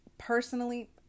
Personally